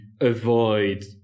avoid